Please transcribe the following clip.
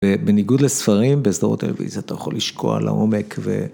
בניגוד לספרים, בסדרות טלוויזיה, אתה יכול לשקוע לעומק ו...